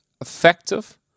effective